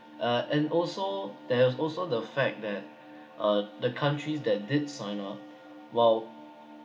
uh and also there's also the fact that uh the countries that did sign up while